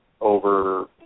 over